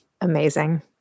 amazing